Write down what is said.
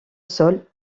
sol